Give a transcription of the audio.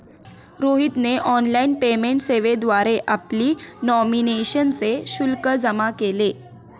रोहितने online payment सेवेद्वारे आपली नॉमिनेशनचे शुल्क जमा केले